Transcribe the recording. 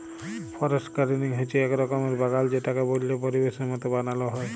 forest gardening হচ্যে এক রকমের বাগাল যেটাকে বল্য পরিবেশের মত বানাল হ্যয়